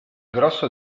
grosso